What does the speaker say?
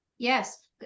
Yes